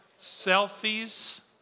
selfies